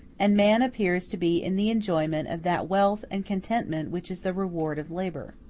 and man appears to be in the enjoyment of that wealth and contentment which is the reward of labor.